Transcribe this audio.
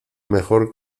mejor